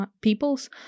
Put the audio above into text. peoples